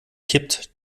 kippt